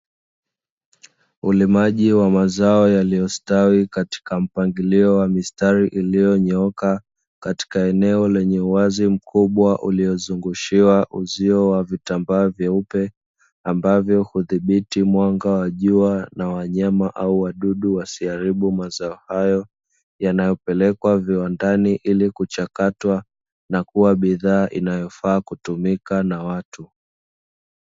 Ulimaji wa mazao yaliyostawi katika mpangilio wa mistari iliyonyooka katika eneo lenye uwazi mkubwa uliozungushwa uzio wa vitambaa vyeupe, ambavyo hudhibiti mwanga wa jua na wanyama au wadudu wasiharibu mazao hayo yanayopelekwa viwandani ili kuchakatwa, na kuwa bidhaa inayofaa kutumika na watu.